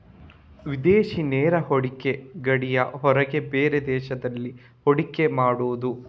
ವಿದೇಶಿ ನೇರ ಹೂಡಿಕೆ ಗಡಿಯ ಹೊರಗೆ ಬೇರೆ ದೇಶದಲ್ಲಿ ಹೂಡಿಕೆ ಮಾಡುದು